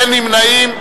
אין נמנעים,